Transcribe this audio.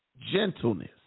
Gentleness